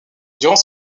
durant